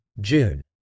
June